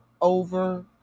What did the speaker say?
over